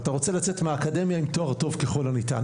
אתה רוצה לצאת מהאקדמיה עם תואר טוב ככל הניתן.